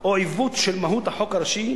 או עיוות של מהות החוק הראשי,